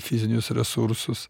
fizinius resursus